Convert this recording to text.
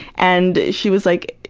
and she was, like,